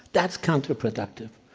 that's counterproductive.